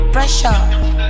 Pressure